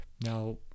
now